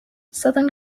southern